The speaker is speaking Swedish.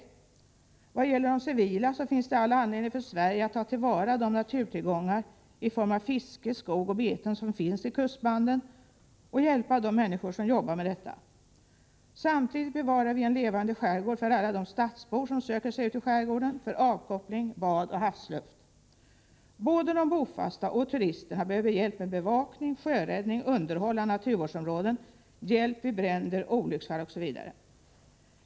I vad gäller de civila aspekterna så är det all anledning för Sverige att ta till vara de naturtillgånger i form av fiske, skog och beten som finns i kustbanden och hjälpa de människor som jobbar med detta. Samtidigt bevarar vi en levande skärgård för alla de stadsbor som söker sig ut i skärgården för avkoppling, bad och havsluft. Både de bofasta och turisterna behöver hjälp med bevakning, sjöräddning, underhåll av naturvårdsområden, hjälp vid bränder, olycksfall osv.